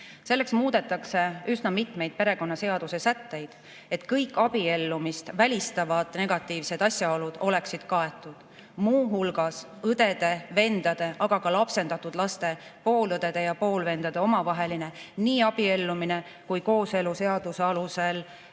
Selleks muudetakse üsna mitmeid perekonnaseaduse sätteid, et kõik abiellumist välistavad negatiivsed asjaolud oleksid kaetud, muu hulgas õdede-vendade, aga ka lapsendatud laste, poolõdede ja poolvendade omavaheline nii abiellumine kui kooseluseaduse alusel